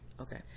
Okay